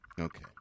okay